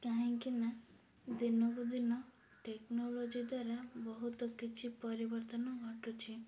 କାହିଁକି ନା ଦିନକୁ ଦିନ ଟେକ୍ନୋଲୋଜି ଦ୍ୱାରା ବହୁତ କିଛି ପରିବର୍ତ୍ତନ ଘଟୁଛି